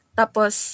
tapos